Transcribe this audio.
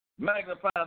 Magnify